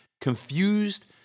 confused